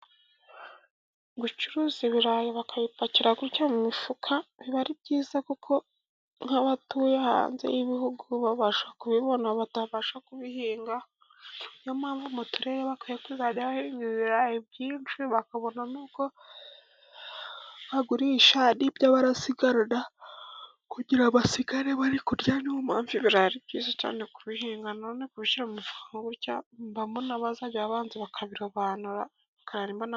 Gucuruza ibirayi bakabipakira gutya mu mifuka biba ari byiza, kuko nk'abatuye hanze y'ibihugu babasha kubibona batabasha kubihinga. Niyo mpamvu mu turere bakwiye kuzajya bahinga ibirayi byinshi bakabona ibyo bagurisha n'ibyo barasigarana kugira basigara bari kurya. Niyo mpamvu ibira ari byiza cyane kubihinga. Nanone kubishyira mu mifuka gutya, mba mbona bazajya babanza bakabirobanura.